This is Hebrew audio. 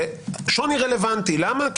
זה שוני רלוונטי למה?